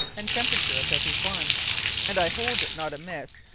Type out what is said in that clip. and temperature of every one and i hold it not amisse,